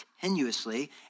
continuously